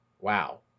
Wow